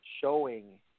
showing